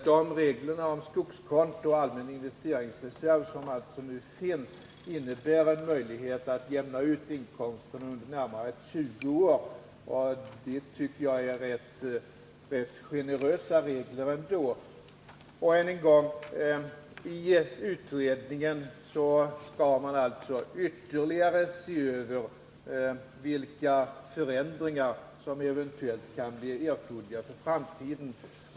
De regler om skogskonto och allmän investeringsreserv, som alltså nu finns, innebär en möjlighet att jämna ut inkomsten under närmare 20 år. Det tycker jag ändå är rätt generösa regler. Än en gång: I utredningen skall man ytterligare se över vilka förändringar som eventuellt kan bli erforderliga för framtiden.